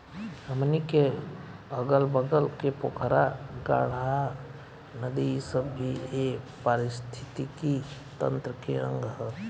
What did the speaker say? हमनी के अगल बगल के पोखरा, गाड़हा, नदी इ सब भी ए पारिस्थिथितिकी तंत्र के अंग ह